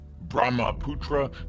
Brahmaputra